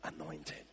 anointed